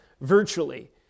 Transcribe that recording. virtually